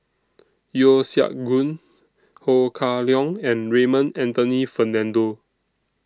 Yeo Siak Goon Ho Kah Leong and Raymond Anthony Fernando